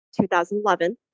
2011